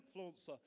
influencer